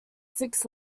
six